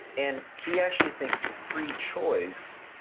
and he actually thinks free choice